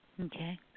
Okay